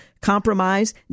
compromise